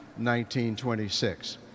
1926